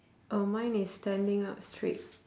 oh mine is standing up straight